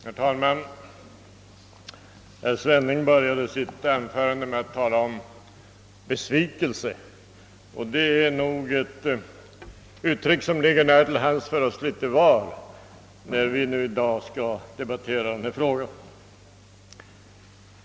Herr talman! Herr Svenning började sitt anförande med att tala om besvikelse. Det är nog ett uttryck som ligger nära till hands för oss litet var när vi nu i dag skall debattera denna fråga.